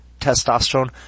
testosterone